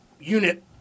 unit